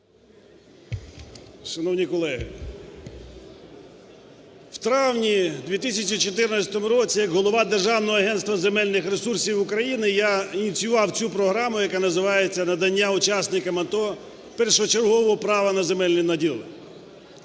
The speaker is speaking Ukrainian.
Шановні колеги! В травні 2014 року як голова Державного агентства земельних ресурсів України я ініціював цю програму, яка називається: "Надання учасникам АТО першочергового права на земельний наділ".